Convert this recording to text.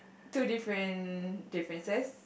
two different differences